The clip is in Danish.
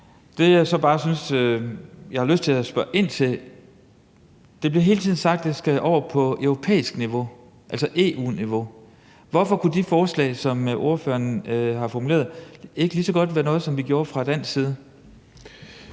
Det, jeg så bare synes jeg har lyst til at spørge ind til, er, at det hele tiden bliver sagt, at det skal over på europæisk niveau, altså EU-niveau. Hvorfor kunne de forslag, som ordføreren har formuleret, ikke lige så godt være noget, som vi gjorde fra dansk side?